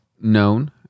known